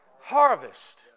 Harvest